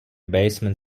basement